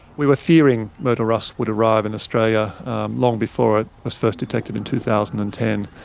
we were fearing myrtle rust would arrive in australia long before it was first detected in two thousand and ten.